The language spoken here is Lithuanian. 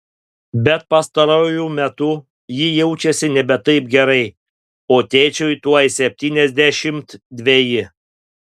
bet pastaruoju metu ji jaučiasi nebe taip gerai o tėčiui tuoj septyniasdešimt dveji